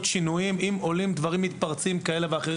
שינויים אם עולים דברים שאינם במסגרת כינוס ועדה.